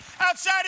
outside